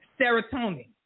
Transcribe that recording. serotonin